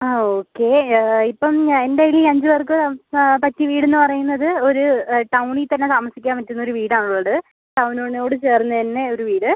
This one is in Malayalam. ആ ഓക്കെ ഇപ്പം എൻ്റെ കയ്യിൽ ഈ അഞ്ച് പേർക്ക് ആ പറ്റിയ വീടിന്ന് പറയുന്നത് ഒര് ടൗണിൽ തന്നെ താമസിക്കാൻ പറ്റുന്ന ഒരു വീട് ആണുള്ളത് ടൗണിനോട് ചേർന്ന് തന്നെ ഒരു വീട്